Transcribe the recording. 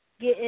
get